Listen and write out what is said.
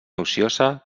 ociosa